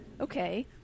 okay